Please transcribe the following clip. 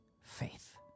faith